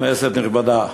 כנסת נכבדה,